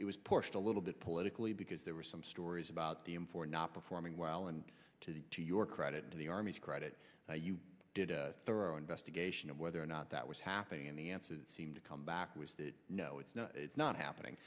it was pushed a little bit politically because there were some stories about the in for not performing well and to your credit to the army to credit you did a thorough investigation of whether or not that was happening and the answer seemed to come back was that no it's not it's not happening